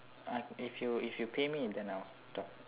I if you if you pay me then I'll talk